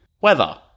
Weather